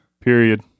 Period